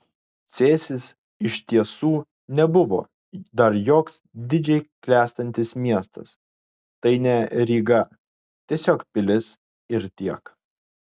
cėsis iš tiesų nebuvo dar joks didžiai klestintis miestas tai ne ryga tiesiog pilis ir tiek